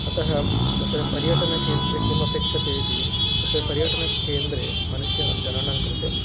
अतः तत्र पर्यटनकेन्द्रे किम् अपेक्ष्यते इति तत्र पर्यटनकेन्द्रे मनुष्यानां जनानां कृते